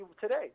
today